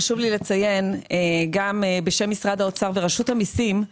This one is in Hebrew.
חשוב לי לציין גם בשם משרד האוצר ורשות המסים,